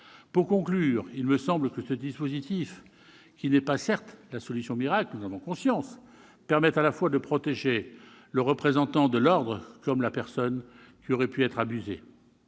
Pour conclure, il me semble que ce dispositif, qui n'est pas la solution miracle- nous en avons conscience -, permet à la fois de protéger le représentant de l'ordre, comme la personne qui aurait pu être abusée.